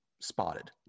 spotted